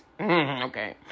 okay